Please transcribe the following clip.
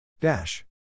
Dash